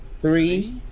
Three